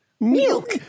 Milk